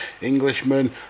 Englishman